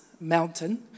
Mountain